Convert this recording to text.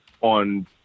on